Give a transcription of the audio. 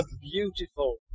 beautiful